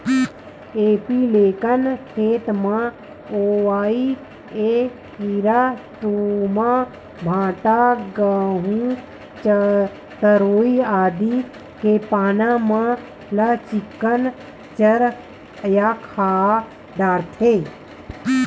एपीलेकना खेत म होवइया ऐ कीरा तुमा, भांटा, गहूँ, तरोई आदि के पाना मन ल चिक्कन चर या खा डरथे